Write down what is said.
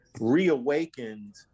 reawakened